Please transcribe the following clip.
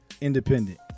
independent